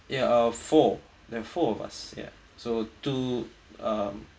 ya uh four there are four of us ya so two um